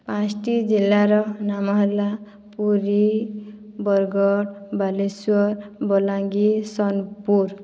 ପାଞ୍ଚ୍ଟି ଜିଲ୍ଲାର ନାମ ହେଲା ପୁରୀ ବରଗଡ଼ ବାଲେଶ୍ଵର ବଲାଙ୍ଗୀର ସୋନପୁର